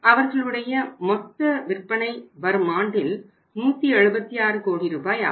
அவர்களுடைய மொத்த விற்பனை வரும் ஆண்டில் 176 கோடி ரூபாய் ஆகும்